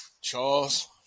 Charles